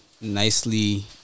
nicely